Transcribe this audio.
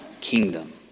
kingdom